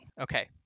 okay